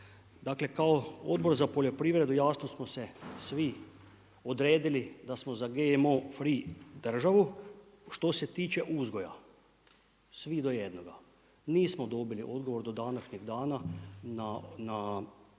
Dakle, kao Odbor za poljoprivredu jasno smo se svi odredili da smo za GMO free državu što se tiče uzgoja svi do jednoga. Nismo dobili odgovor do današnjeg dana na